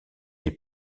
est